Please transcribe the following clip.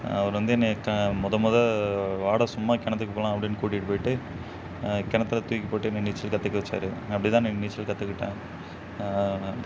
அவர் வந்து என்னை க முத முத வாடா சும்மா கிணத்துக்கு போலாம் அப்படின்னு கூட்டிட்டு போய்ட்டு கிணத்துல தூக்கி போட்டு என்ன நீச்சல் கற்றுக்க வச்சாரு அப்ப்டி தான் நான் நீச்சல் கற்றுக்கிட்டேன்